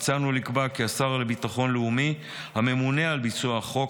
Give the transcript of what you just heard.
הצענו לקבוע כי השר לביטחון לאומי יהיה הממונה על ביצוע החוק,